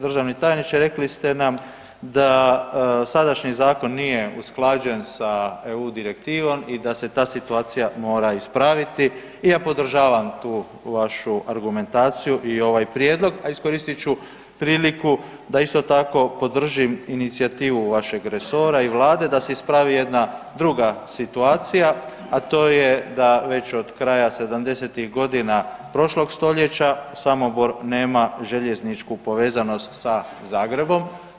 Državni tajniče, rekli ste nam da sadašnji zakon nije usklađen sa EU direktivom i da se ta situacija mora ispraviti i ja podržavam tu vašu argumentaciju i ovaj prijedlog, a iskoristit ću priliku da isto tako podržim inicijativu vašeg resora i Vlade da se ispravi jedna druga situacija, a to je da već od kraja 70-ih godina prošlog stoljeća Samobor nema željezničku povezanost sa Zagrebom.